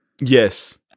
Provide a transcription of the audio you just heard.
Yes